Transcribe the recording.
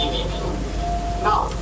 Now